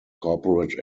corporate